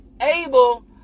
able